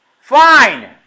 fine